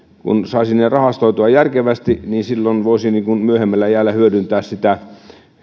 kun saisi ne rahastoitua järkevästi silloin voisi myöhemmällä iällä hyödyntää sitä